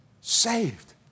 saved